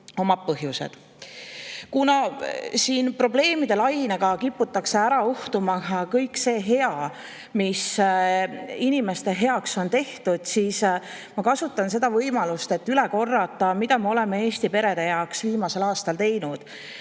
Kuna siin probleemide lainega kiputakse ära uhtuma ka kõik see hea, mis inimeste heaks on tehtud, siis ma kasutan võimalust, et üle korrata, mida me oleme Eesti perede heaks viimasel aastal teinud,